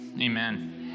Amen